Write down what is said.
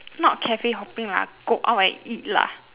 not cafe hopping lah go out and eat lah